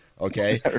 Okay